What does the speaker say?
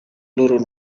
loro